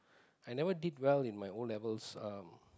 I never did well in my O-levels uh